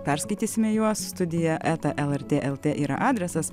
perskaitysime juos studija eta lrt el t yra adresas